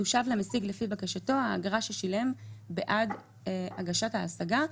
תושב למשיג לפי בקשתו האגרה ששילם בעד הגשת ההשגה.